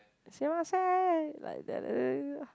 sumimasen like that